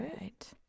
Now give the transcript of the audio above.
right